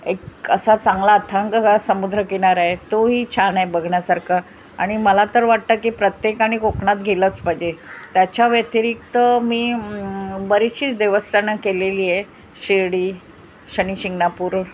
एक असा चांगला अथंक समुद्र किनाराय तोही छानए बघण्यासारखं आणि मला तर वाटतं की प्रत्येकानी कोकणात गेलंच पाहिजे त्याच्या व्यतिरिक्त मी बरीचशी देवस्थानं केलेलीय शिर्डी शनी शिंगनापूर